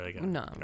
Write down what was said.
no